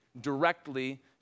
directly